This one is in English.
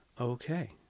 Okay